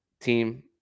team